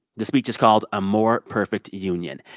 the speech is called a more perfect union.